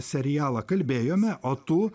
serialą kalbėjome o tu